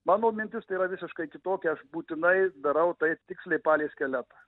mano mintis yra visiškai kitokia aš būtinai darau taip tiksliai palei skeletą